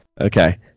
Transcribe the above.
Okay